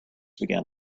began